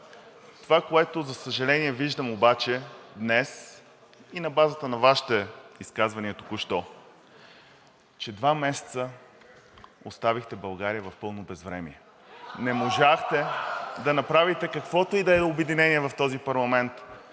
Това, което, за съжаление, виждам днес и на базата на Вашите изказвания току-що, че два месеца оставихте България в пълно безвремие. Не можахте да направите каквото и да е обединение в този парламент